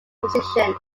position